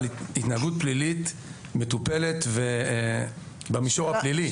התנהגות פלילית מטופלת במישור הפלילי.